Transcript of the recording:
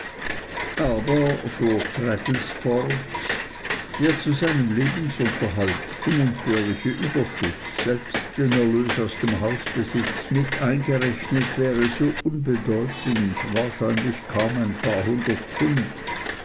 aber fuhr traddles fort der zu seinem lebensunterhalt unentbehrliche überschuß selbst den erlös aus dem hausbesitz mit eingerechnet wäre so unbedeutend wahrscheinlich kaum ein paar hundert pfund